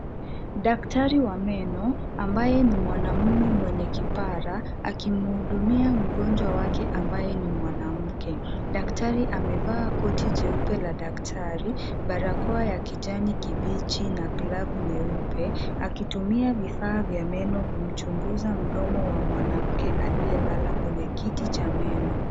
Daktari wa meno ambaye ni mwanamume mwenye kipara akimhudumia mgonjwa wake ambaye ni mwanamke. Daktari amevaa koti jeupe la daktari, barakoa ya kijani kibichi na glavu nyeupe akitumia vifaa vya meno kumchunguza mdomo wa mwanamke aliyelala kwenye kiti cha meno.